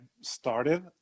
started